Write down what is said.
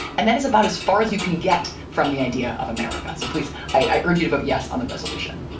and that is about as far as you can get from the idea of america. so please, i urge you to vote yes on the resolution.